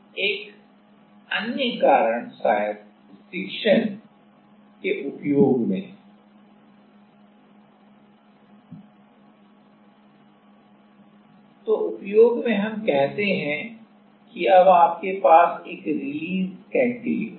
एक अन्य कारण शायदस्टिक्शन के उपयोग में है तो उपयोग में हम कहते हैं कि अब आपके पास एक रिलीज कैंटिलीवर है